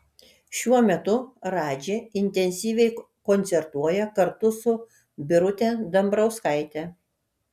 šiuo metu radži intensyviai koncertuoja kartu su birute dambrauskaite